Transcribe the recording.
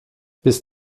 bis